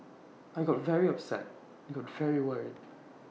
I got very upset I got very worried